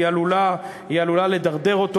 היא עלולה לדרדר אותו.